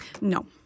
No